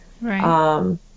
Right